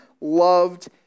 loved